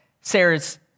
Sarah's